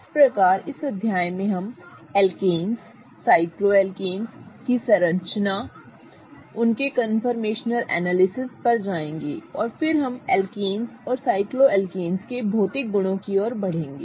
इस प्रकार इस अध्याय में हम एल्केन्स साइक्लोएल्केन्स की संरचना उनके कन्फर्मेशनल एनालिसिस पर जायेंगे और फिर हम एल्केन्स और साइक्लोएल्केन्स के भौतिक गुणों की ओर बढ़ेंगे